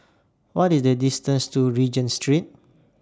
What IS The distance to Regent Street